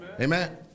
Amen